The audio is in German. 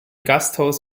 gasthaus